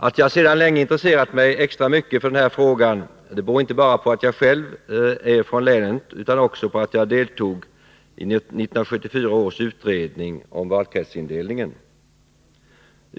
Att jag sedan länge intresserat mig extra mycket för den här frågan beror inte bara på att jag själv är från länet, utan också på att jag deltog i 1974 års utredning om valkretsindelningen.